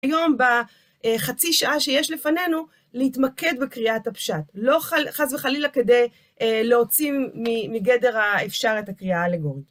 היום, בחצי שעה שיש לפנינו, להתמקד בקריאת הפשט. לא חס וחלילה כדי להוציא מגדר האפשר את הקריאה האלגוריתם.